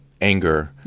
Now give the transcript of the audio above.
anger